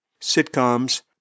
sitcoms